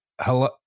Hello